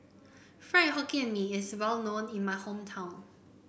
fried Hokkien and Mee is well known in my hometown